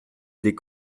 des